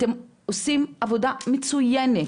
אתם עושים עבודה מצוינת.